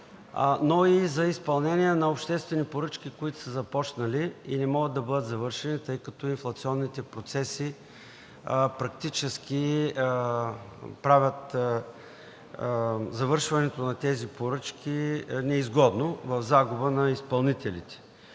но и за изпълнение на обществени поръчки, които са започнали и не могат да бъдат завършени, тъй като инфлационните процеси практически правят завършването на тези поръчки неизгодно, в загуба на изпълнителите.